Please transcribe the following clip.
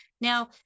now